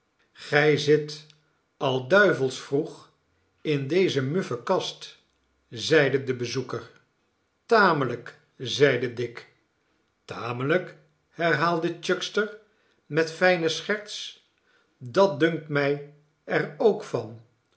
gij zit al duivels vroeg in deze muffe kast zeide de bezoeker tamelijk zeide dick tamelijk herhaalde chuckster met fijne scherts dat dunkt mij er ook van